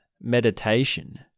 meditation